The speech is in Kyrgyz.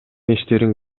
иштерин